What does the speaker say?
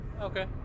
Okay